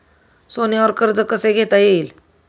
सोन्यावर कर्ज कसे घेता येईल?